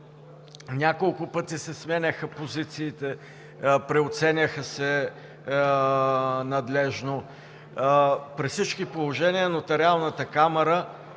Няколко пъти се сменяха позициите, преоценяваха се надлежно. При всички положения Нотариалната камара